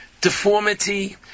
deformity